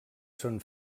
són